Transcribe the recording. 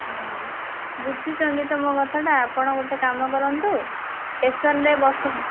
ହୁଁ ବୁଝୁଛନ୍ତି ତ ମୋ କଥାଟା ଆପଣ ଗୋଟେ କାମ କରନ୍ତୁ ଷ୍ଟେସନ୍ ରେ ବସନ୍ତୁ